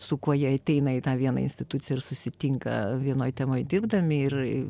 su kuo jie ateina į tą vieną instituciją ir susitinka vienoj temoj dirbdami ir